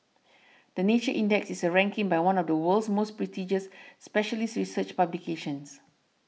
the Nature Index is a ranking by one of the world's most prestigious specialist research publications